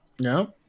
no